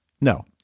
no